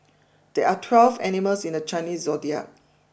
there are twelve animals in the Chinese zodiac